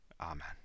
Amen